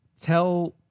tell